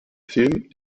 film